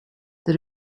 that